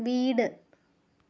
വീട്